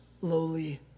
lowly